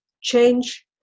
change